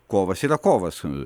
kovas yra kovas